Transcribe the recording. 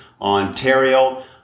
Ontario